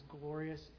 glorious